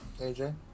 AJ